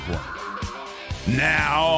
Now